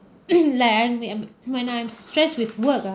and and when I'm stressed with work ah